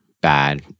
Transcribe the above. bad